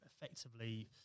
effectively